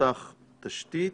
רת"ח תשתית,